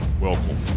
Welcome